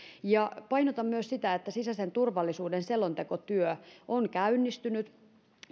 painotan myös sitä että sisäisen turvallisuuden selontekotyö on käynnistynyt